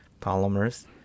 polymers